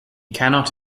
cannot